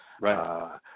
right